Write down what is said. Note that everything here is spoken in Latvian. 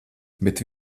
bet